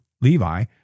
Levi